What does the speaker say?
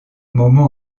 momo